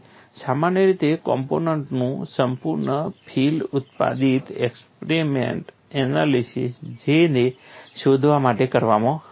સામાન્ય રીતે કોમ્પોનન્ટનું સંપૂર્ણ ફીલ્ડ મર્યાદિત એલિમેન્ટ એનાલિસીસ J ને શોધવા માટે કરવામાં આવે છે